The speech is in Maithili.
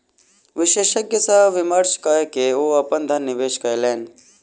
विशेषज्ञ सॅ विमर्श कय के ओ अपन धन निवेश कयलैन